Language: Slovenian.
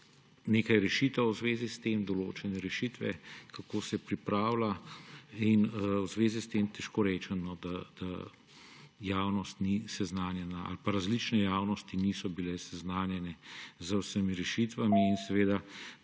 nekaj rešitev v zvezi s tem, določene rešitve, kako se pripravlja. V zvezi s tem težko rečem, da javnost ni seznanjena ali pa različne javnosti niso bile seznanjene z vsemi rešitvami. Ti